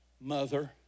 mother